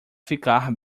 ficar